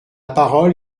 parole